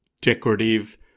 decorative